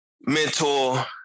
mentor